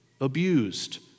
abused